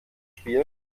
spiel